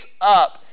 up